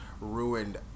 ruined